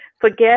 forget